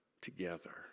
together